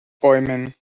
bäumen